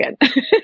again